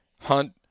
hunt